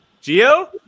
Geo